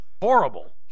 Horrible